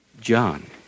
John